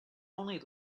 only